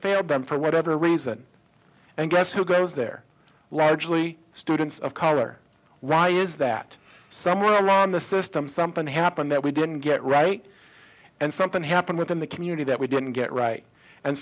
failed them for whatever reason and guess who goes there largely students of color why is that somewhere around the system something happened that we didn't get right and something happened within the community that we didn't get right and